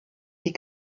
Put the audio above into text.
die